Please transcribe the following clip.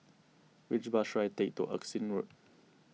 which bus should I take to Erskine Road